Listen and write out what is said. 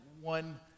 one